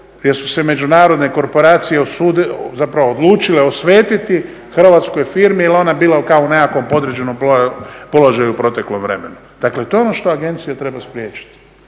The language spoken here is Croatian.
jer su se međunarodne korporacije odlučile osvetiti hrvatskoj firmi jel je ona bila kao u nekakvom podređenom položaju u proteklom vremenu, dakle to je ono što agencija treba spriječiti.